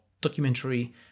documentary